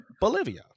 Bolivia